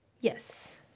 Yes